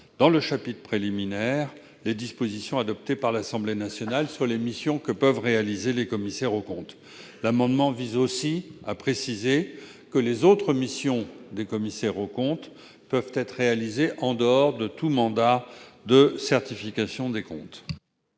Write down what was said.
dans le chapitre préliminaire les dispositions adoptées par l'Assemblée nationale sur les missions que peuvent réaliser les commissaires aux comptes. Il tend aussi à préciser que les autres missions des commissaires aux comptes peuvent être réalisées en dehors de tout mandat de certification des comptes.